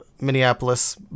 Minneapolis